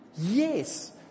Yes